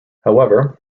however